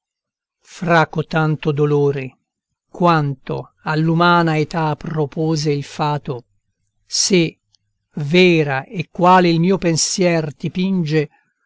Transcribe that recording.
fra cotanto dolore quanto all'umana età propose il fato se vera e quale il mio pensier